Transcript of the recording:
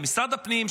למשרד הפנים,